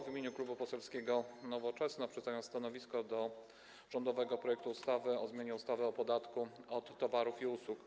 W imieniu Klubu Poselskiego Nowoczesna przedstawiam stanowisko dotyczące rządowego projektu ustawy o zmianie ustawy o podatku od towarów i usług.